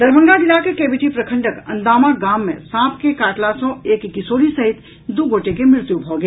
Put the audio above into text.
दरभंगा जिलाक केवटी प्रखंडक अंदामा गाम मे सांप के काटला सॅ एक किशोरी सहित दू गोटे के मृत्यु भऽ गेल